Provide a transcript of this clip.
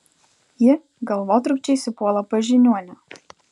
ji galvotrūkčiais įpuola pas žiniuonę